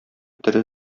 тере